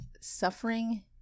suffering